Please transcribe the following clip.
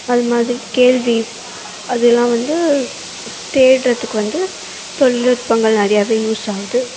அதுமாதிரி கேள்வி அதலாம் வந்து தேடுறதுக்கு வந்து தொழில்நுட்பங்கள் நிறையாவே யூஸ் ஆகுது